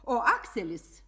o akselis